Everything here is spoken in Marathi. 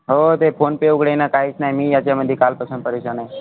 हो ते फोनपे उघडेना काहीच नाही मी याच्यामध्ये कालपासून परेशान आहे